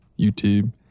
YouTube